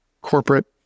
corporate